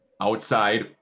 Outside